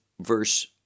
verse